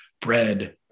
bread